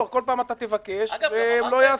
כל פעם אתה תבקש והם לא יעשו.